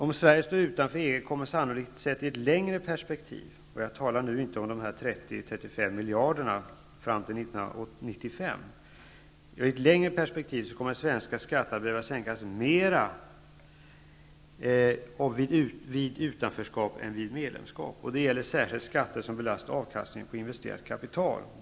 Om Sverige står utanför EG kommer svenska skatter i ett längre perspektiv -- jag avser då inte de 30--35 miljarderna fram till 1995 -- sannolikt att behöva sänkas mera vid utanförskap än vid medlemskap. Det gäller särskilt de skatter som belastar avkastningen på investerat kapital.